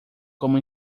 como